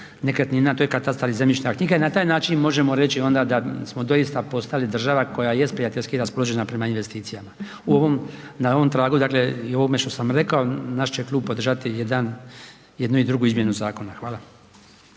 nekretnina, to je katastar i zemljišna knjiga i na taj način možemo reći onda da smo doista postali država koja jest prijateljski raspoložena prema investicijama. Na ovom tragu, dakle, i ovome što sam rekao, naš će klub podržati jednu i drugu izmjenu zakona. Hvala.